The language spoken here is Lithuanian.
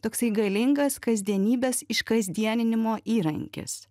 toksai galingas kasdienybės iškasdieninimo įrankis